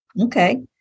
Okay